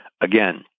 again